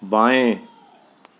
बाएँ